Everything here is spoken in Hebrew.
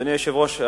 אדוני היושב-ראש,